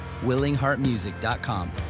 willingheartmusic.com